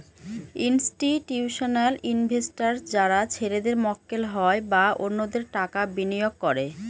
institutional investors যারা ছেলেদের মক্কেল হয় বা অন্যদের টাকা বিনিয়োগ করে